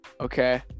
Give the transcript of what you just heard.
Okay